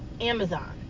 Amazon